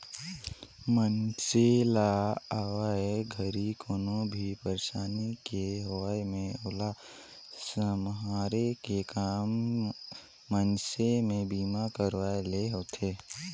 मइनसे ल अवइया घरी कोनो भी परसानी के होये मे ओला सम्हारे के काम मइनसे के बीमा करवाये ले होथे